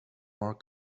more